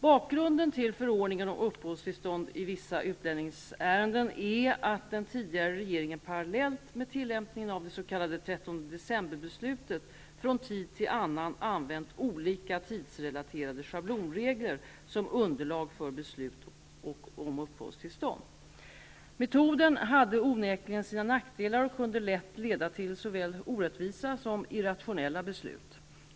Bakgrunden till förordningen om uppehållstillstånd i vissa utlänningsärenden är att den tidigare regeringen, parallellt med tillämpningen av det s.k. 13 december-beslutet, från tid till annan använt olika tidsrelaterade schablonregler som underlag för beslut om uppehållstillstånd. Metoden hade onekligen sina nackdelar och kunde lätt leda till såväl orättvisa som irrationella beslut.